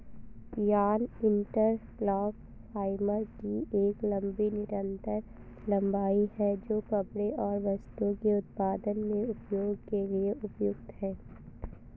yarn interlock fibre की एक लंबी निरंतर लंबाई है, जो कपड़े और वस्त्रों के उत्पादन में उपयोग के लिए उपयुक्त है